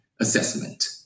assessment